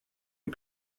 les